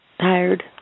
Tired